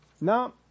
No